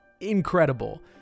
incredible